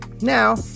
Now